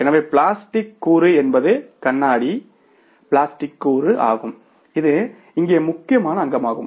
எனவே பிளாஸ்டிக் கூறு என்பது கண்ணாடி பிளாஸ்டிக் கூறு ஆகும் இது இங்கே முக்கியமான அங்கமாகும்